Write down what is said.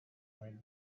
might